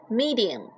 medium